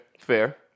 Fair